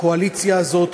הקואליציה הזאת,